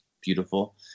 beautiful